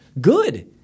Good